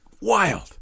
wild